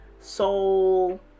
Soul